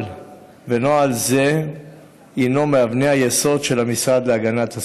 ונוהל זה הינו מאבני היסוד של המשרד להגנת הסביבה.